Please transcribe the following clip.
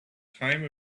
time